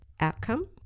outcome